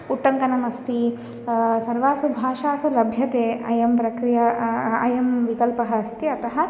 उट्टङ्कनम् अस्ति सर्वासु भाषासु लभ्यते अयं प्रक्रिया अयं विकल्पः अस्ति अतः